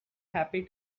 happy